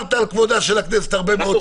שמרת על כבודה של הכנסת הרבה מאוד שנים.